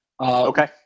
Okay